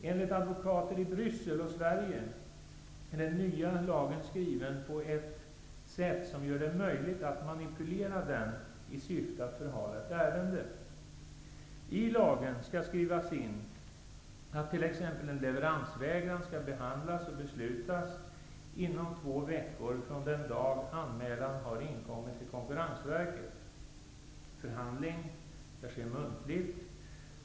Enligt advokater i Bryssel och i Sverige är den nya lagen skriven på ett sätt som gör det möjligt att manipulera i syfte att förhala ett ärende. Det bör skrivas in i lagen att t.ex. en leveransvägran skall behandlas och beslutas inom två veckor från den dag anmälan har inkommit till Konkurrensverket. Förhandlingen skall ske muntligt.